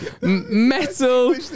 metal